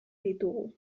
ditugu